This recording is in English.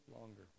longer